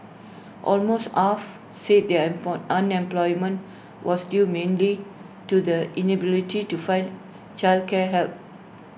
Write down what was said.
almost half said their unemployment was due mainly to the inability to find childcare help